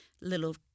little